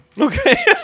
Okay